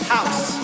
House